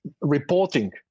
reporting